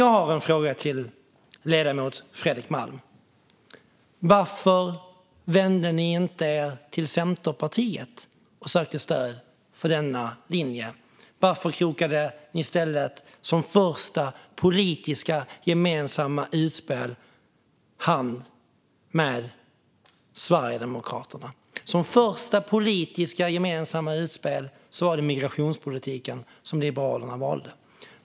Jag har en fråga till ledamoten Fredrik Malm: Varför vände ni er inte till Centerpartiet och sökte stöd för denna linje? Varför krokade ni i stället arm med Sverigedemokraterna i ett första gemensamt politiskt utspel? För det första gemensamma politiska utspelet var det migrationspolitiken som Liberalerna valde.